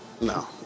No